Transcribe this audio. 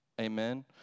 Amen